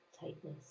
tightness